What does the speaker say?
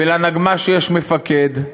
ולנגמ"ש יש מפקד,